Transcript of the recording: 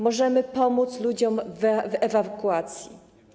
Możemy pomóc ludziom w ewakuacji.